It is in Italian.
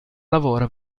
lavora